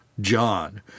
John